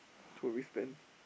two hours spent